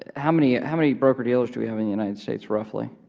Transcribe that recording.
how many how many broker dealers do we have in the united states roughly?